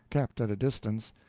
kept at a distance,